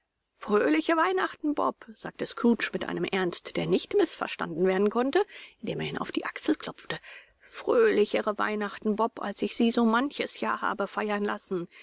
fröhliche weihnachten bob sagte scrooge mit einem ernst der nicht mißverstanden werden konnte indem er ihn auf die achsel klopfte fröhlichere weihnachten bob als ich sie so manches jahr habe feiern lassen